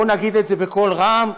בואו נגיד את זה בקול רם,